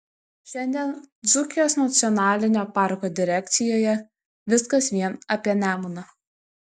šiandien dzūkijos nacionalinio parko direkcijoje viskas vien apie nemuną